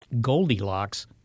Goldilocks